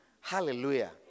Hallelujah